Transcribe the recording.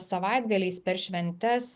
savaitgaliais per šventes